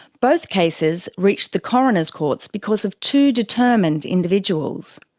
both cases reached the coroners' courts because of two determined individuals.